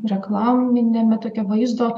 reklaminiame tokio vaizdo